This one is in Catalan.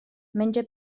menja